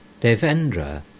Devendra